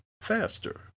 faster